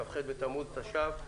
כ"ח בתמוז התש"ף.